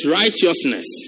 righteousness